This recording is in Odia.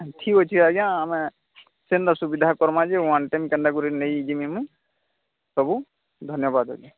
ଠିକ୍ ଅଛି ଆଜ୍ଞା ଆମେ ସେମିତି ସୁବିଧା କରିବା ଯେ ୱାନ୍ ଟାଇମ୍ କେମିତି କରି ନେଇ ଯିବି ମୁଁ ସବୁ ଧନ୍ୟବାଦ ଆଜ୍ଞା